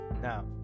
now